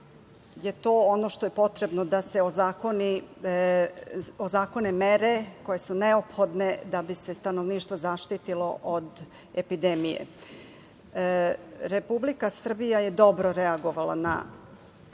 je to ono što je potrebno da se ozakone mere koje su neophodne da bi se stanovništvo zaštitilo od epidemije. Republika Srbija je dobro reagovala na